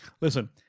listen